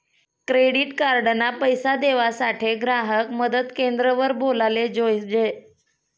credit card ना पैसा देवासाठे ग्राहक मदत क्रेंद्र वर बोलाले जोयजे